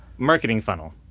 marketing funnel.